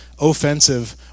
offensive